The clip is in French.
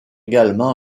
également